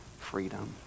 freedom